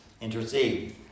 intercede